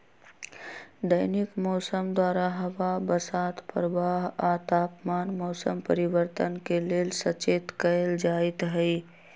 दैनिक मौसम द्वारा हवा बसात प्रवाह आ तापमान मौसम परिवर्तन के लेल सचेत कएल जाइत हइ